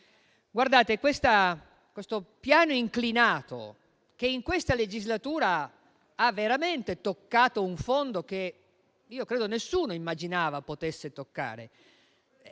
rassegnarci. Il piano inclinato che in questa legislatura ha veramente toccato un fondo, che credo nessuno immaginava si potesse toccare,